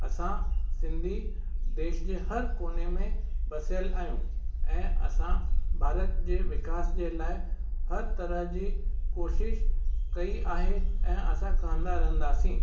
असां सिंधी देश जे हर कोने में बसियल आहियूं ऐं असां भारत जे विकास जे लाइ हर तरह जी कोशिशि कई आहे ऐं असां कंदा रहंदासीं